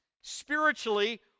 spiritually